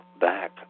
back